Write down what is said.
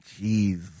jeez